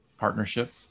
partnership